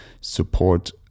support